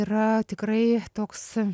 yra tikrai toks